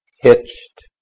hitched